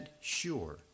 sure